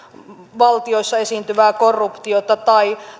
valtioissa esiintyvää korruptiota tai